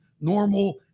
normal